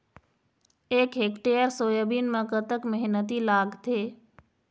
एक hectare soybean म कतक मेहनती लागथे?